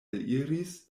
eliris